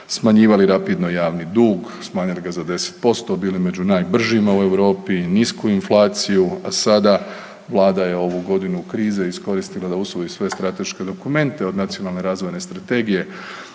smanjivali rapidno javni dug, smanjili ga za 10%, bili među najbržima u Europi, nisku inflaciju, a sada, Vlada je ovu godinu u krize, iskoristila da usvoji svoje strateške dokumente, od Nacionalne razvojne strategije,